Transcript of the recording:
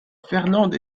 fernande